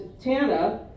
Tana